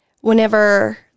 whenever